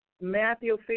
Matthew